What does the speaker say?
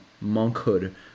monkhood